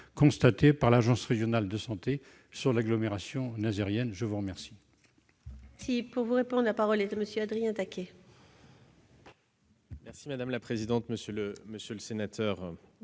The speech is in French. constatés par l'Agence régionale de santé sur l'agglomération nazairienne. La parole